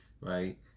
right